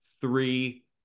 three